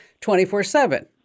24-7